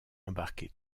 embarquer